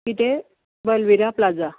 किदें बलविरा प्लाझा